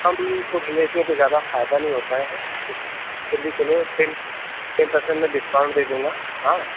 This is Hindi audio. कम तो भैया इसमें कुछ ज़्यादा फायदा नहीं होता है कुछ फिर भी चलो टेन टेन परसेंट में डिस्काउंट दे दूँगा हाँ